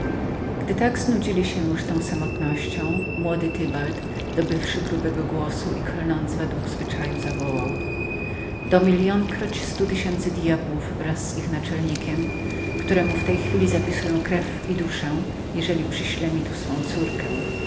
gdy tak znudzili się już tą samotnością młody tybald dobywszy grubego głosu i klnąc według zwyczaju zawołał do milion kroć stotysięcy djabłów wraz z ich naczelnikiem któremu w tej chwili zapisuję krew i duszę jeżeli przyśle mi tu swoją najmłodszą córkę